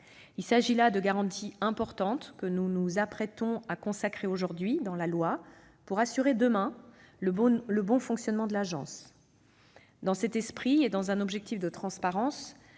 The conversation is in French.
Il s'agit de garanties importantes que nous nous apprêtons à consacrer, aujourd'hui, dans la loi pour assurer, demain, le bon fonctionnement de l'Agence. Dans cet esprit et dans un objectif de transparence,